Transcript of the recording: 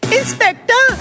Inspector